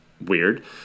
Weird